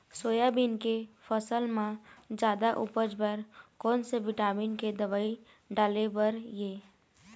Soybean के फसल म जादा उपज बर कोन से विटामिन के दवई डाले बर ये?